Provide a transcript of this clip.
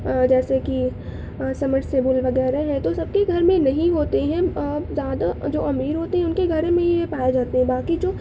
جیسے کہ سمرسیبل وغیرہ ہے تو سب کے گھر میں نہیں ہوتے ہیں زیادہ جو امیر ہوتے ہیں ان کے گھروں میں یہ پائے جاتے ہیں باقی جو